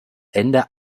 ende